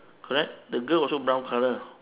correct the girl also brown colour